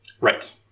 Right